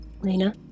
Lena